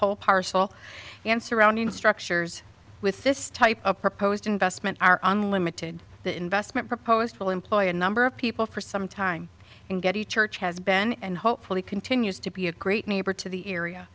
whole parcel and surrounding structures with this type of proposed investment on limited investment proposed will employ a number of people for some time and get the church has been and hopefully continues to be a great neighbor to the area